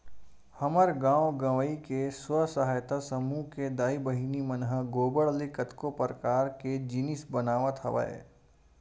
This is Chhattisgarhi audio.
हमर गाँव गंवई के स्व सहायता समूह के दाई बहिनी मन ह गोबर ले कतको परकार के जिनिस बनावत हवय